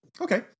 Okay